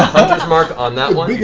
mark on that one.